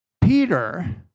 Peter